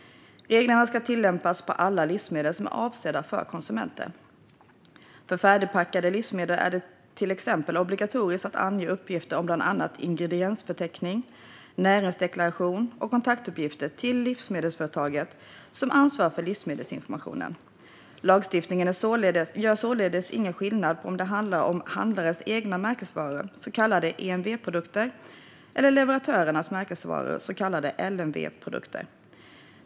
Reglerna ska tillämpas på alla livsmedel som är avsedda för konsumenter. För färdigförpackade livsmedel är det till exempel obligatoriskt att ange bland annat ingrediensförteckning, näringsdeklaration och kontaktuppgifter till livsmedelsföretaget som ansvarar för livsmedelsinformationen. Lagstiftningen gör således ingen skillnad på om det handlar om handelns egna märkesvaror, så kallade EMV-produkter eller leverantörernas märkesvaror, så kallade LMV-produkter.